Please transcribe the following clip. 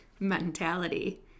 mentality